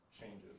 changes